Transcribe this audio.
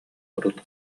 урут